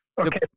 Okay